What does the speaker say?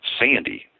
sandy